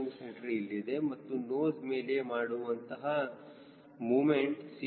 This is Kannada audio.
c ಇಲ್ಲಿದೆ ಇದು ನೋಸ್ ಮೇಲೆ ಮಾಡುವಂತಹ ಮೂಮೆಂಟ್ CG